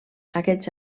aquests